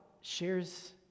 shares